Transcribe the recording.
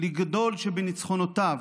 לגדול שבניצחונותיו,